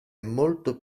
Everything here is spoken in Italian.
molto